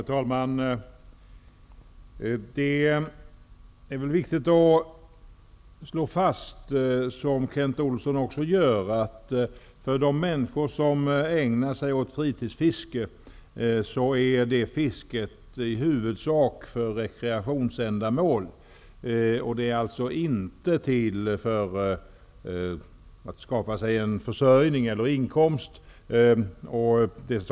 Herr talman! Det är viktigt att slå fast, vilket Kent Olsson också gör, att de människor som ägnar sig åt fritidsfiske i huvudsak gör detta som rekreation. Detta fiske är alltså inte till för att skapa sig en försörjning eller en inkomst.